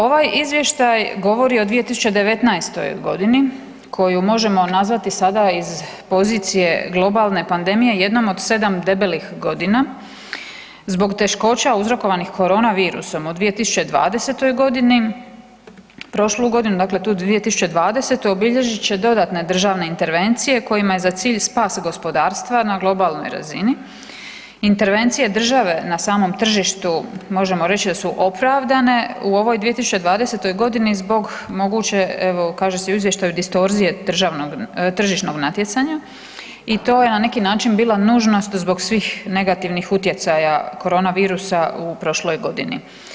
Ovaj izvještaj govori o 2019.g. koju možemo nazvati sada iz pozicije globalne pandemije jednom od sedam debelih godina zbog teškoća uzrokovanih korona virusom od 2020.g. prošlu godinu, dakle tu 2020. obilježit će dodatne državne intervencije kojima je za cilj spas gospodarstva na globalnoj razini, intervencija države na samom tržištu možemo reći da su opravdane u ovoj 2020.g. zbog moguće evo kaže se u izvještaju distorzije tržišnog natjecanja i to je na neki način bila nužnost zbog svih negativnih utjecaja korona virusa u prošloj godini.